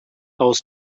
aus